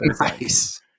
nice